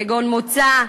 כגון מוצא,